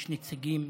יש נציגים,